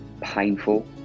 painful